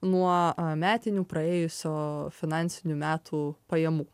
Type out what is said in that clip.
nuo metinių praėjusio finansinių metų pajamų